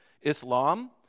Islam